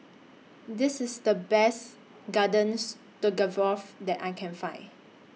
This IS The Best Garden Stroganoff that I Can Find